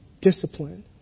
discipline